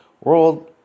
world